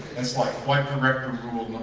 that's like flight director rule no.